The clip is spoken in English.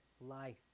Life